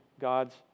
God's